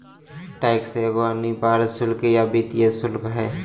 tax एगो अनिवार्य शुल्क या वित्तीय शुल्क हइ